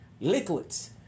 Liquids